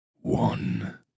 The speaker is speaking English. one